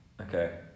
Okay